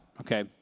okay